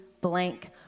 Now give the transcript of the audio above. blank